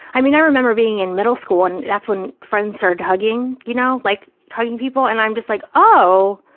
i mean, i remember being in middle school, and that's when friends started hugging, you know, like hugging people, and i'm just like, oh,